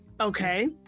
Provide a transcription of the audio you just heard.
Okay